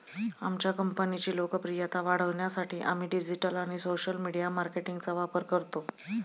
आमच्या कंपनीची लोकप्रियता वाढवण्यासाठी आम्ही डिजिटल आणि सोशल मीडिया मार्केटिंगचा वापर करतो